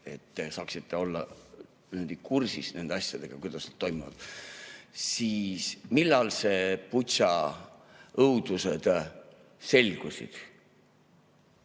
et saaksite olla kursis nende asjadega, kuidas nad toimuvad. Millal need Butša õudused selgusid?